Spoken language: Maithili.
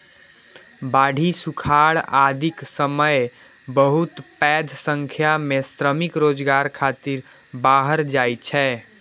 बाढ़ि, सुखाड़ आदिक समय बहुत पैघ संख्या मे श्रमिक रोजगार खातिर बाहर जाइ छै